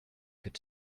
could